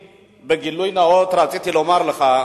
בגילוי נאות רציתי לומר לך,